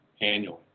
annually